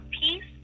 peace